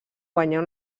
guanyar